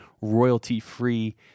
royalty-free